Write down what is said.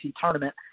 tournament